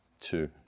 two